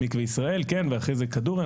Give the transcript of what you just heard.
מקווה ישראל ואחרי זה כדורי,